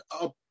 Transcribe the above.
up